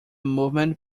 movement